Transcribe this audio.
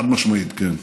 חד-משמעית כן,